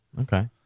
Okay